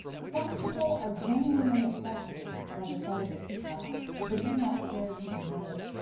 some people are genuinely affected by the sight of a peacock, but do not care to admit it.